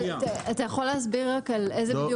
אתה יכול להסביר רק על איזה,